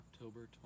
October